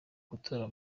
gutora